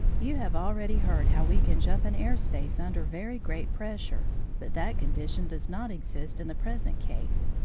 you have already heard how we can jump an air-space under very great pressure, but that condition does not exist in the present case.